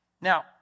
Now